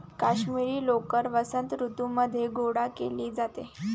काश्मिरी लोकर वसंत ऋतूमध्ये गोळा केली जाते